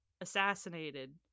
assassinated